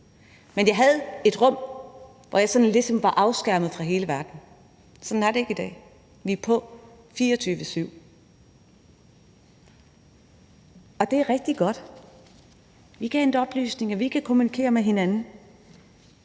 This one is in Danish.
Men jeg havde et rum, hvor jeg sådan ligesom var afskærmet fra hele verden. Sådan er det ikke i dag. Vi er på 24-7, og det er rigtig godt. Vi kan hente oplysninger, og vi kan kommunikere med hinanden.